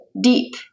deep